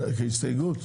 כהסתייגות?